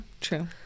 true